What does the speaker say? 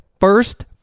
First